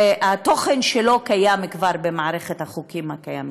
התוכן שלו קיים כבר במערכת החוקים הקיימים.